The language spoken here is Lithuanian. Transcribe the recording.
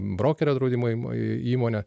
brokerio draudimo įm įmonę